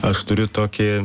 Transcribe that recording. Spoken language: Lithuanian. aš turiu tokį